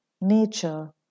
nature